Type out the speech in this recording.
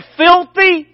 filthy